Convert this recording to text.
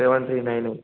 seven three nine at